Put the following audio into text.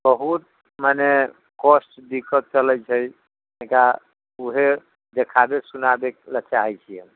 बहुत मने कष्ट दिक्कत चलै छै तनिका उहे देखाबै सुनाबै लऽ चाहै छियै